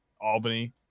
Albany